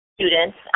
students